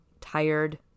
tired